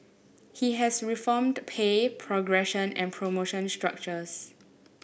he has reformed pay progression and promotion structures